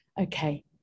okay